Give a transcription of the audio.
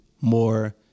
more